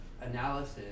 analysis